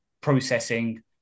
processing